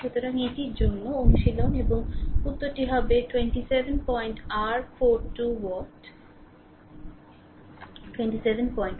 সুতরাং এটির জন্য অনুশীলন এবং উত্তরটি হবে 27 42 ওয়াট